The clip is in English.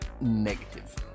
Negative